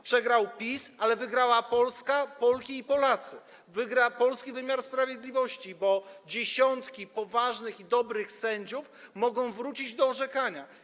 Przegrał PiS, ale wygrała Polska, Polki i Polacy, wygra polski wymiar sprawiedliwości, bo dziesiątki poważnych i dobrych sędziów mogą wrócić do orzekania.